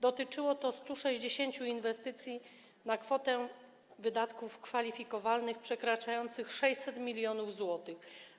Dotyczyło to 160 inwestycji na kwotę wydatków kwalifikowanych przekraczających 600 mln zł.